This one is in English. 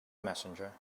messenger